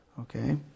Okay